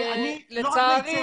לצערי